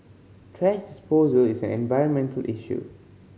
thrash disposal is an environmental issue